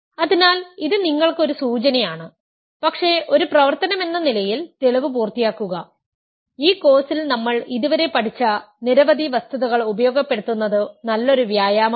അതിനാൽ ഇത് നിങ്ങൾക്ക് ഒരു സൂചനയാണ് പക്ഷേ ഒരു പ്രവർത്തനമെന്ന നിലയിൽ തെളിവ് പൂർത്തിയാക്കുക ഈ കോഴ്സിൽ നമ്മൾ ഇതുവരെ പഠിച്ച നിരവധി വസ്തുതകൾ ഉപയോഗപ്പെടുത്തുന്നത് നല്ലൊരു വ്യായാമമാണ്